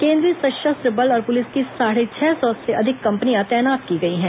केन्द्रीय सशस्त्र बल और पुलिस की साढ़े छह सौ से अधिक कंपनियां तैनात की गई हैं